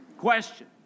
Question